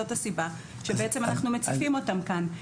זאת הסיבה שבעצם אנחנו מציפים אותם כאן.